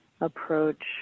approach